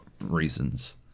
reasons